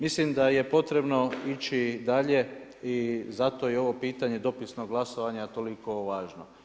Mislim da je potrebno ići dalje i zato je ovo pitanje dopisnog glasovanja toliko važno.